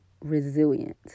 resilient